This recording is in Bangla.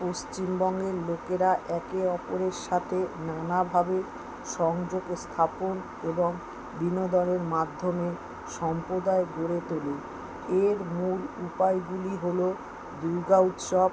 পশ্চিমবঙ্গের লোকেরা একে অপরের সাথে নানাভাবে সংযোগ স্থাপন এবং বিনোদনের মাধ্যমে সম্প্রদায় গড়ে তোলে এর মূল উপায়গুলি হলো দুর্গা উৎসব